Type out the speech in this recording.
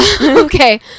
okay